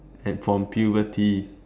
uh from puberty